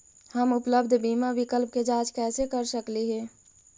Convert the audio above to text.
हम उपलब्ध बीमा विकल्प के जांच कैसे कर सकली हे?